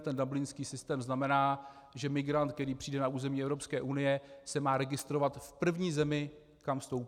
Ten dublinský systém znamená, že migrant, který přijde na území Evropské unie, se má registrovat v první zemi, kam vstoupí.